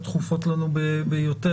הדחופות לנו ביותר.